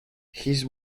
his